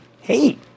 hey